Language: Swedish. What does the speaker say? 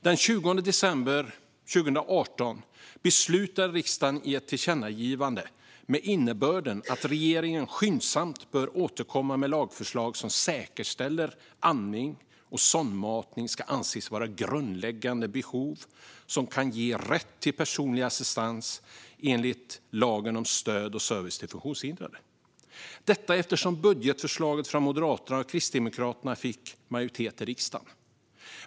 Den 20 december 2018 beslutade riksdagen om ett tillkännagivande med innebörden att regeringen skyndsamt bör återkomma med lagförslag som säkerställer att andning och sondmatning ska anses vara grundläggande behov som kan ge rätt till personlig assistans enligt lagen om stöd och service till funktionshindrade - detta eftersom budgetförslaget från Moderaterna och Kristdemokraterna fick majoritet i riksdagen.